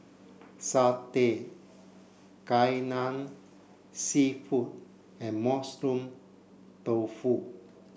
Satay Kai Lan Seafood and mushroom tofu